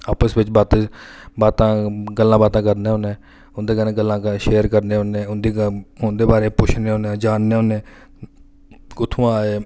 आपस बिच बात बातां गल्लां बातां करने होन्ने उं'दे कन्नै गल्लां शेयर करने होन्ने उं'दी उं'दे बारे च पुच्छने होन्ने जानने होन्ने कुत्थुआं आए